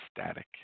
static